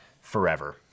forever